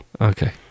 Okay